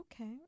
Okay